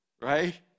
right